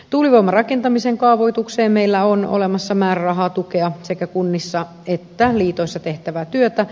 tuulivoimarakentamisen kaavoitukseen meillä on olemassa määräraha tukea sekä kunnissa että liitoissa tehtävää työtä